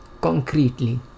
concretely